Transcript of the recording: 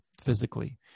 physically